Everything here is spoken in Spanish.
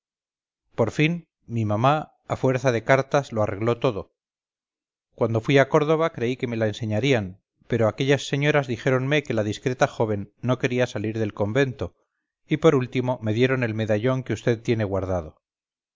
por fin mi mamá a fuerza de cartas lo arregló todo cuando fui a córdoba creí que me laenseñarían pero aquellas señoras dijéronme que la discreta joven no quería salir del convento y por último me dieron el medallón que vd tiene guardado